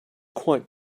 quite